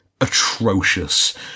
atrocious